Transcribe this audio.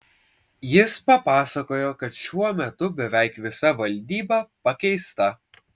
jis papasakojo kad šiuo metu beveik visa valdyba pakeista